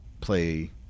play